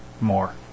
more